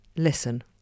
Listen